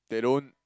they don't